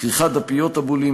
כריכת דפיות הבולים,